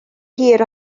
hir